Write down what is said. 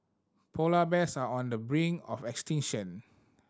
polar bears are on the brink of extinction